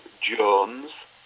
Jones